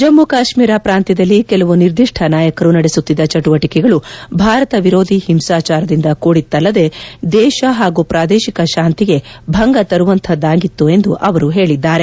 ಜಮ್ನ ಕಾತ್ನೀರ ಪ್ರಾಂತ್ಯದಲ್ಲಿ ಕೆಲವು ನಿರ್ದಿಷ್ನ ನಾಯಕರು ನಡೆಸುತ್ತಿದ್ದ ಚಟುವಟಿಕೆಗಳು ಭಾರತ ವಿರೋಧಿ ಹಿಂಸಾಚಾರದಿಂದ ಕೂಡಿತ್ತಲ್ಲದೆ ದೇಶ ಹಾಗೂ ಪ್ರಾದೇಶಿಕ ಶಾಂತಿಗೆ ಭಂಗ ತರುವಂತಹದ್ದಾಗಿತ್ತು ಎಂದು ಅವರು ಹೇಳದ್ದಾರೆ